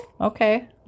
okay